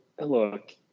look